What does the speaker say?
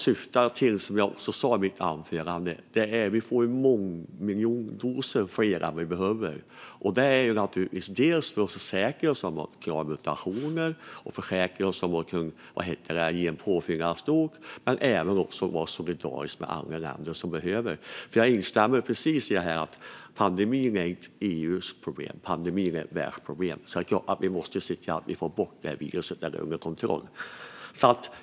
Som jag också sa i mitt huvudanförande får vi många fler doser än vi behöver, dels för att försäkra oss om att klara mutationer och kunna ge påfyllnadsdos, dels för att vara solidariska med andra länder som behöver. Jag instämmer i att pandemin inte är ett EU-problem utan ett världsproblem. Vi måste få bort viruset eller i alla fall få det under kontroll. Fru talman!